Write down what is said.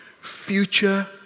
future